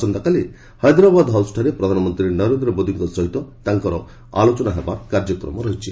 ଆସନ୍ତାକାଲି ହାଇଦ୍ରାବାଦ ହାଉସ୍ଠାରେ ପ୍ରଧାନମନ୍ତ୍ରୀ ନରେନ୍ଦ୍ର ମୋଦିଙ୍କ ସହ ତାଙ୍କର ଆଲୋଚନା ହେବାର କାର୍ଯ୍ୟକ୍ମ ରହିଛି